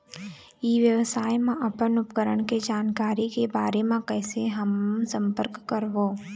ई व्यवसाय मा अपन उपकरण के जानकारी के बारे मा कैसे हम संपर्क करवो?